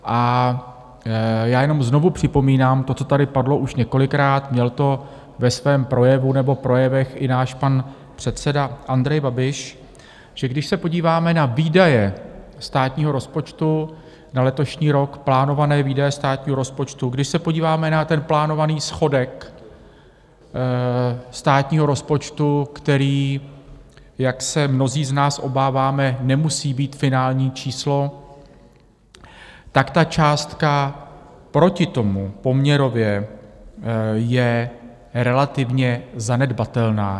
A já jenom znovu připomínám to, co tady padlo už několikrát, měl to ve svém projevu nebo projevech i náš pan předseda Andrej Babiš, že když se podíváme na výdaje státního rozpočtu na letošní rok, plánované výdaje státního rozpočtu, když se podíváme na ten plánovaný schodek státního rozpočtu, který, jak se mnozí z nás obáváme, nemusí být finální číslo, tak ta částka proti tomu poměrově je relativně zanedbatelná.